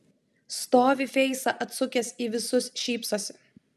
stovi feisą atsukęs į visus šypsosi